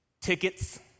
tickets